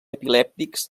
epilèptics